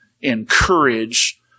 encourage